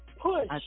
push